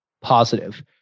positive